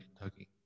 Kentucky